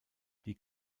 die